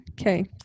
Okay